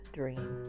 dream